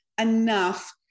enough